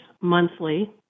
monthly